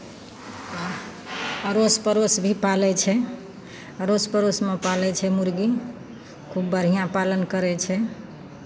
अड़ोस पड़ोस भी पालै छै अड़ोस पड़ोसमे पालै छै मुरगी खूब बढ़िआँ पालन करै छै